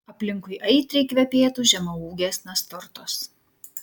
aplinkui aitriai kvepėtų žemaūgės nasturtos